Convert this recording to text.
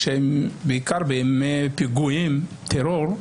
בעיקר בימי פיגועים וטרור,